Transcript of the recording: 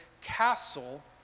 castle